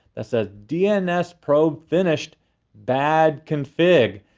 that says dns probe finished bad config.